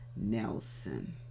Nelson